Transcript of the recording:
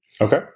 Okay